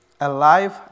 alive